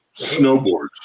Snowboards